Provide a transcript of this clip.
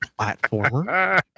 platformer